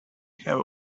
have